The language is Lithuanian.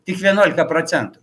tik vienuolika procentų